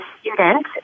student